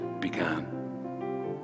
began